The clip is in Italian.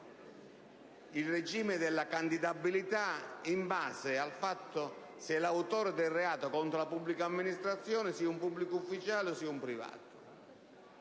il regime della candidabilità in base al fatto se l'autore del reato contro la pubblica amministrazione sia un pubblico ufficiale o un privato.